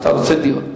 אתה רוצה דיון.